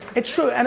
it's true. and